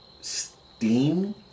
steam